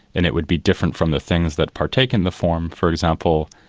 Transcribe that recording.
and it would be different from the things that partake in the form. for example,